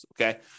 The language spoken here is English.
okay